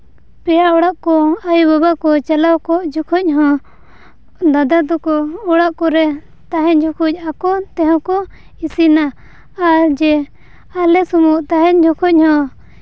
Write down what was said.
ᱯᱮᱲᱟ ᱚᱲᱟᱜ ᱠᱚ ᱟᱭᱳᱼᱵᱟᱵᱟ ᱠᱚ ᱪᱟᱞᱟᱣ ᱠᱚ ᱡᱚᱠᱷᱚᱡ ᱦᱚᱸ ᱫᱟᱫᱟ ᱛᱟᱠᱚ ᱚᱲᱟᱜ ᱠᱚᱨᱮ ᱛᱟᱦᱮᱸ ᱡᱚᱠᱷᱚᱡ ᱟᱠᱚ ᱛᱮᱦᱚᱸ ᱠᱚ ᱤᱥᱤᱱᱟ ᱟᱨ ᱡᱮ ᱟᱞᱮ ᱥᱩᱢᱩᱝ ᱛᱟᱦᱮᱱ ᱡᱚᱠᱷᱚᱡ ᱦᱚᱸ